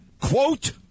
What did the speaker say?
quote